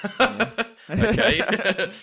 Okay